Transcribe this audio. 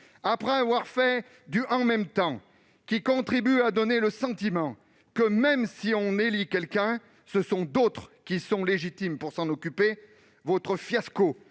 après avoir professé le « en même temps », qui contribue à donner le sentiment que, même si on élit quelqu'un, ce sont d'autres qui sont légitimes pour s'occuper de la